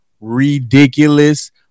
ridiculous